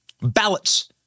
ballots